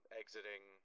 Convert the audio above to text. exiting